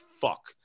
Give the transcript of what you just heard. fuck